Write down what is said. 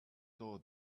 saw